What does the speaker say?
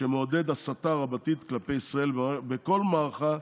שמעודד הסתה רבתי כלפי ישראל בכל מערכת,